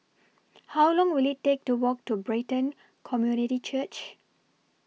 How Long Will IT Take to Walk to Brighton Community Church